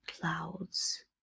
clouds